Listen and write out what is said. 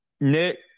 Nick